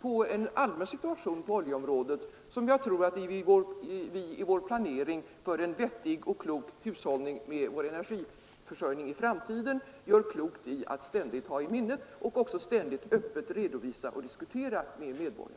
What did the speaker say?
på en allmän situation på oljeområdet som jag tror att vi i vår planering för en vettig hushållning i framtiden gör klokt i att ständigt ha i minnet och också ständigt öppet redovisa och diskutera med medborgarna.